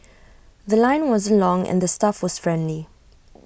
The Line wasn't long and the staff was friendly